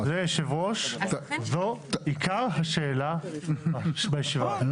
כבוד יושב הראש, זו עיקר השאלה בישיבה הזאת.